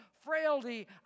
frailty